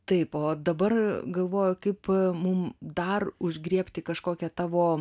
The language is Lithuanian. taip o dabar galvoju kaip mum dar užgriebti kažkokią tavo